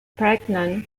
pregnant